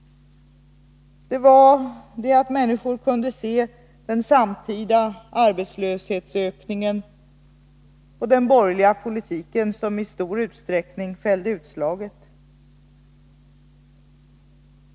Det var det förhållandet att människor kunde se den samtida arbetslöshetsökningen och den borgerliga politiken som i stor utsträckning fällde utslaget.